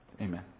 amen